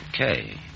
Okay